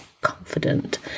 confident